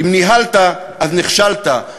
אם ניהלת, אז נכשלת.